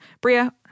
Bria